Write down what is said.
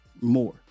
more